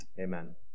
Amen